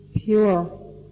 Pure